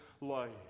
life